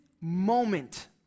moment